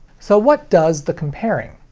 so what does the comparing?